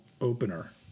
opener